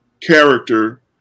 character